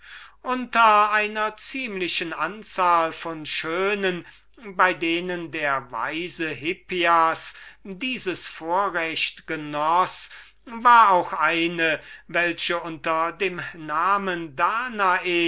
unter einer großen anzahl von schönen bei denen der weise hippias dieses vorrecht genoß war auch eine die unter dem namen danae